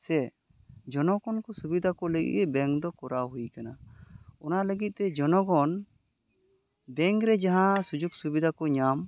ᱥᱮ ᱡᱚᱱᱚᱜᱚᱱ ᱠᱚ ᱥᱩᱵᱤᱫᱷᱟ ᱠᱚ ᱞᱟᱹᱜᱤᱫ ᱜᱮ ᱵᱮᱝᱠ ᱫᱚ ᱠᱚᱨᱟᱣ ᱦᱩᱭ ᱠᱟᱱᱟ ᱚᱱᱟ ᱞᱟᱹᱜᱤᱫ ᱛᱮ ᱡᱚᱱᱚᱜᱚᱱ ᱵᱮᱝᱠ ᱨᱮ ᱡᱟᱦᱟᱸ ᱥᱩᱡᱳᱜᱽ ᱥᱩᱵᱤᱫᱷᱟ ᱠᱚ ᱧᱟᱢ